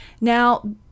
Now